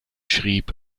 schrieb